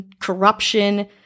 corruption